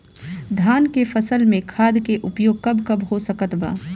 धान के फसल में खाद के उपयोग कब कब हो सकत बा?